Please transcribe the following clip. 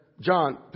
John